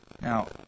Now